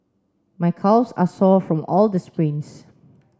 my calves are sore from all the sprints